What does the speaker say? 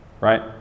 right